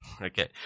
Okay